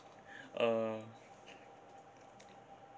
uh